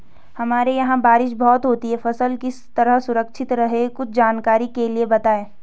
हमारे यहाँ बारिश बहुत होती है फसल किस तरह सुरक्षित रहे कुछ जानकारी के लिए बताएँ?